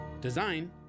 Design